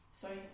Sorry